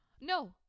no